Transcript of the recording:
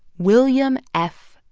william f.